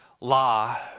law